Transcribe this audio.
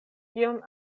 kion